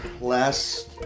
last